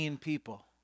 people